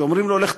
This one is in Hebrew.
שאומרים לו: לך,